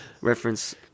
Reference